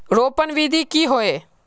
रोपण विधि की होय?